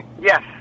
Yes